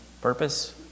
purpose